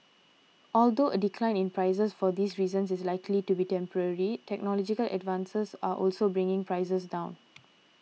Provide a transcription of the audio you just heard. although a decline in prices for these reasons is likely to be temporary technological advances are also bringing prices down